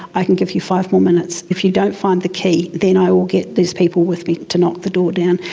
i can give you five more minutes. if you don't find the key, then i will get these people with me to knock the door down.